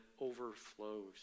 overflows